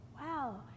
Wow